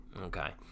Okay